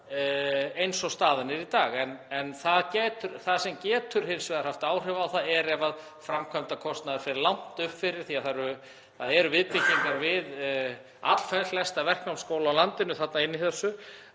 eins og staðan er í dag. Það sem getur hins vegar haft áhrif á það er ef framkvæmdakostnaður fer langt upp fyrir því að það eru viðbyggingar við allflesta verknámsskóla á landinu inni í þessu.